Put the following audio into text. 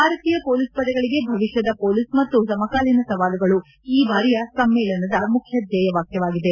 ಭಾರತೀಯ ಪೊಲೀಸ್ ಪಡೆಗಳಿಗೆ ಭವಿಷ್ಯದ ಪೊಲೀಸ್ ಮತ್ತು ಸಮಕಾಲಿನ ಸವಾಲುಗಳು ಈ ಬಾರಿಯ ಸಮ್ಮೇಳನದ ಮುಖ್ಯ ಧ್ಯೇಯವಾಖ್ಯವಾಗಿದೆ